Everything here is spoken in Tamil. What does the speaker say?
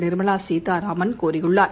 நிர்மலாசீதாராமன் கூறியுள்ளார்